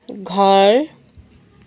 घर